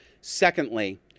Secondly